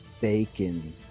bacon